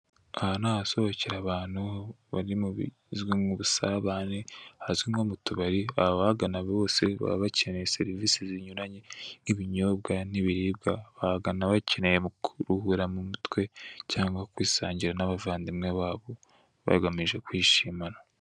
Aha ni ahasohokera abantu bari mubizwi nk'ubusabane, hazwi nko mutubari abahagana bose baba bakeneye serivise zinyuranye ibinyobwa, n'ibiribwa bahagana bagamije kuruhura mumutwe, cyangwa kwisangirira n'abavandimwe ba bo bagamije kwishimana.